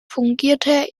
fungierte